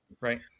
right